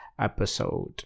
episode